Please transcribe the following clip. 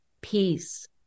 peace